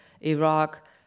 Iraq